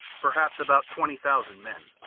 perhaps about twenty thousand men.